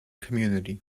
community